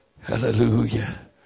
hallelujah